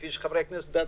כפי שחברי הכנסת הזכירו.